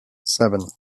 seven